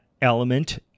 element